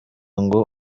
ngo